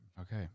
Okay